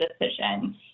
decision